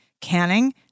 canning